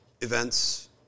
events